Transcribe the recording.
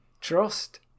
trust